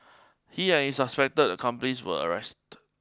he and his suspected accomplice were arrest